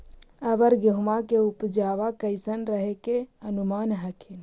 अबर गेहुमा के उपजबा कैसन रहे के अनुमान हखिन?